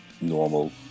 normal